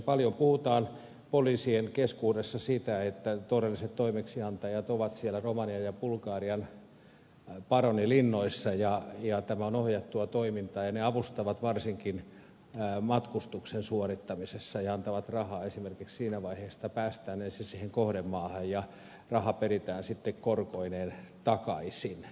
paljon puhutaan poliisien keskuudessa sitä että todelliset toimeksiantajat ovat siellä romanian ja bulgarian paronilinnoissa ja tämä on ohjattua toimintaa ja ne avustavat varsinkin matkustuksen suorittamisessa ja antavat rahaa esimerkiksi siinä vaiheessa että päästään ensin siihen kohdemaahan ja raha peritään sitten korkoineen takaisin